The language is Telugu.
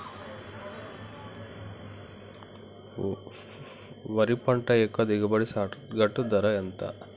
వరి పంట యొక్క దిగుబడి సగటు ధర ఎంత?